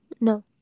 No